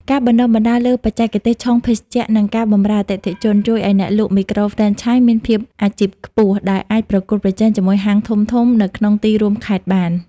ការបណ្ដុះបណ្ដាលលើ "បច្ចេកទេសឆុងភេសជ្ជៈ" និង "ការបម្រើអតិថិជន" ជួយឱ្យអ្នកលក់មីក្រូហ្វ្រេនឆាយមានភាពអាជីពខ្ពស់ ដែលអាចប្រកួតប្រជែងជាមួយហាងធំៗនៅក្នុងទីរួមខេត្តបាន។